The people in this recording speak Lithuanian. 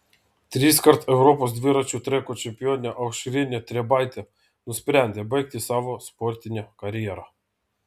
triskart europos dviračių treko čempionė aušrinė trebaitė nusprendė baigti savo sportinę karjerą